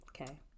Okay